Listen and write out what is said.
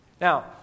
Now